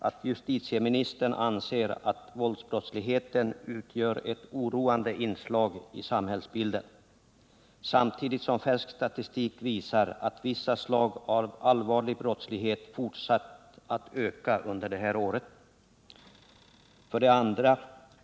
Att justitieministern anser att våldsbrottsligheten utgör ett oroande inslag i samhällsbilden samtidigt som färsk statistik visar att vissa slag av allvarlig brottslighet fortsatt att öka detta år. 2.